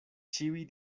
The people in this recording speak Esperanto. ĉiuj